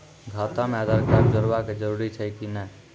खाता म आधार कार्ड जोड़वा के जरूरी छै कि नैय?